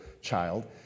child